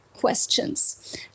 questions